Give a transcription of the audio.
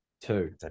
two